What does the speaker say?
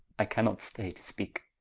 i cannot stay to speake.